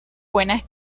buenas